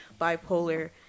bipolar